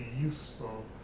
useful